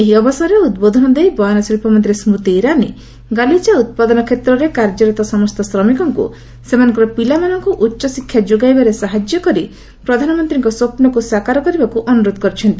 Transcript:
ଏହି ଅବସରରେ ଉଦ୍ବୋଧନ ଦେଇ ବୟନଶିଳ୍ପ ମନ୍ତ୍ରୀ ସ୍କ୍ରତି ଇରାନୀ ଗାଲିଚା ଉତ୍ପାଦନକ୍ଷେତ୍ରରେ କାର୍ଯ୍ୟରତ ସମସ୍ତ ଶ୍ରମିକଙ୍କୁ ସେମାନଙ୍କର ପିଲାମାନଙ୍କୁ ଉଚ୍ଚଶିକ୍ଷା ଯୋଗାଇବାରେ ସାହାଯ୍ୟ କରି ପ୍ରଧାନମନ୍ତ୍ରୀଙ୍କ ସ୍ୱପ୍ନକୁ ସାକାର କରିବାକୁ ଅନୁରୋଧ କରିଛନ୍ତି